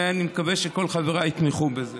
ואני מקווה שכל חבריי יתמכו בזה.